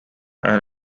and